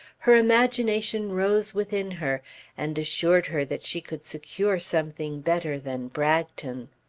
her imagination rose within her and assured her that she could secure something better than bragton.